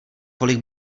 kolik